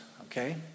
okay